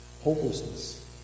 Hopelessness